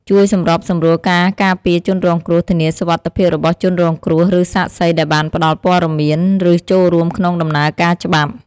ជួយសម្របសម្រួលការការពារជនរងគ្រោះ ធានាសុវត្ថិភាពរបស់ជនរងគ្រោះ ឬសាក្សីដែលបានផ្តល់ព័ត៌មាន ឬចូលរួមក្នុងដំណើរការច្បាប់។